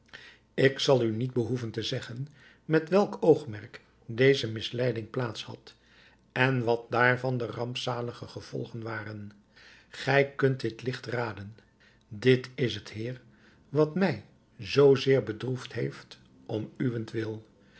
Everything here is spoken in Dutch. ik zal u niet behoeven te zeggen met welk oogmerk deze misleiding plaats had en wat daarvan de rampzalige gevolgen waren gij kunt dit ligt raden dit is het heer wat mij zoo zeer bedroefd heeft om